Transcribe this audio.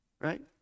Right